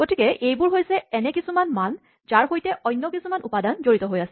গতিকে এইবোৰ হৈছে এনে কিছুমান মান যাৰ সৈতে অন্য কিছুমান উপাদান জড়িত হৈ আছে